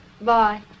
Bye